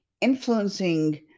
Influencing